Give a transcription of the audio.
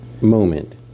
moment